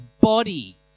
body